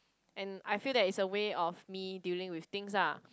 and I feel that is a way of me dealing with things ah